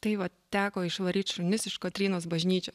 tai vat teko išvaryt šunis iš kotrynos bažnyčios